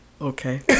Okay